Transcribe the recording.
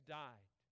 died